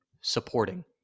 Supporting